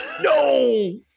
No